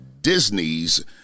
disney's